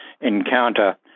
Encounter